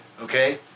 okay